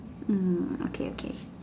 mm okay okay